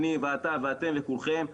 אני ואתה ואתם וכולכם,